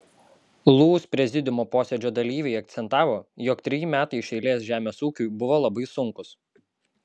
lūs prezidiumo posėdžio dalyviai akcentavo jog treji metai iš eilės žemės ūkiui buvo labai sunkūs